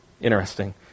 interesting